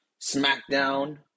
smackdown